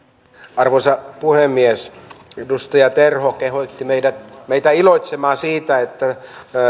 arvoisa puhemies edustaja terho kehotti meitä iloitsemaan siitä että